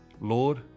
Lord